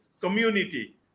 community